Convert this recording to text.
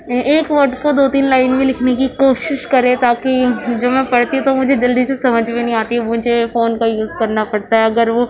ایک ورڈ کو دو تین لائن میں لکھنے کی کوشش کریں تاکہ جب میں پڑھتی تو مجھے جلدی سے سمجھ میں نہیں آتی مجھے فون کا یوز کرنا پڑتا ہے اگر وہ